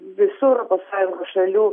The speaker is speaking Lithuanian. visų europos sąjungos šalių